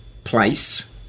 Place